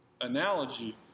analogy